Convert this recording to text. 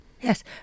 Yes